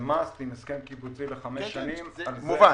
זה "מאסט" עם הסכם קיבוצי לחמש שנים -- מובן,